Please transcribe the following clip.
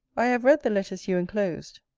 i have read the letters you enclosed.